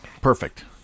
Perfect